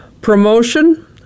Promotion